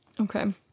Okay